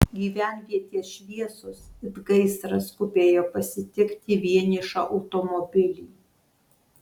gyvenvietės šviesos it gaisras skubėjo pasitikti vienišą automobilį